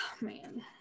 man